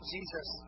Jesus